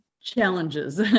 challenges